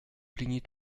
plaignez